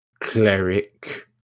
cleric